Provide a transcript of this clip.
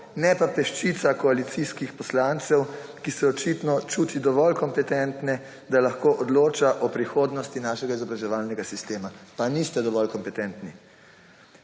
ne pa peščica koalicijskih poslancev, ki se očitno čutijo dovolj kompetentne, da lahko odločajo o prihodnosti našega izobraževalnega sistema. Pa niste dovolj kompetentni.